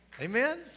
Amen